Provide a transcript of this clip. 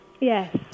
yes